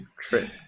trip